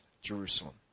Jerusalem